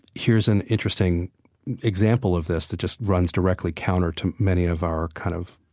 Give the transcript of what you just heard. here's an interesting example of this that just runs directly counter to many of our kind of